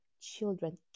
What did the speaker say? children